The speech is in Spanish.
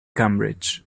cambridge